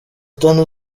tanu